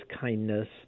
kindness